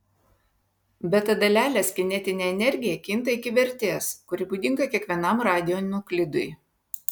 beta dalelės kinetinė energija kinta iki vertės kuri būdinga kiekvienam radionuklidui